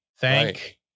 Thank